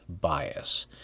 bias